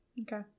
Okay